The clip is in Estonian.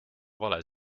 vale